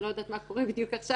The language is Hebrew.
אני לא יודעת מה קורה עכשיו בדיוק,